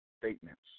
statements